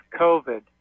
COVID